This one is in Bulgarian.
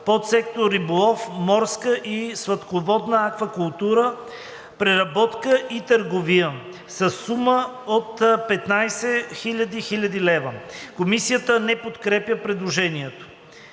подсектор риболов, морска и сладководна аквакултура, преработка и търговия“ със сума „15 000 хил. лв.“.“ Комисията не подкрепя предложението.